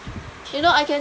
you know I can